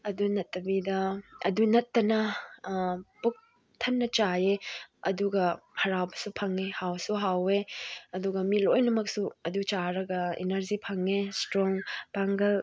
ꯑꯗꯨ ꯅꯠꯇꯕꯤꯗ ꯑꯗꯨ ꯅꯠꯇꯅ ꯄꯨꯛ ꯊꯟꯅ ꯆꯥꯏꯌꯦ ꯑꯗꯨꯒ ꯍꯔꯥꯎꯕꯁꯨ ꯐꯪꯉꯦ ꯍꯥꯎꯁꯨ ꯍꯥꯎꯋꯦ ꯑꯗꯨꯒ ꯃꯤ ꯂꯣꯏꯅꯃꯛꯁꯨ ꯑꯗꯨ ꯆꯥꯔꯒ ꯏꯅꯔꯖꯤ ꯐꯪꯉꯦ ꯏꯁꯇ꯭ꯔꯣꯡ ꯄꯥꯡꯒꯜ